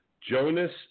Jonas